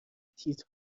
تیتر